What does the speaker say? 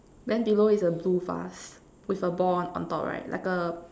then below is a blue vase with a ball on on top right like a